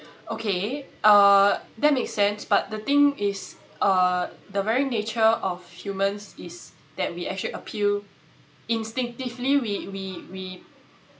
okay uh that makes sense but the thing is uh the very nature of humans is that we actually appeal instinctively we we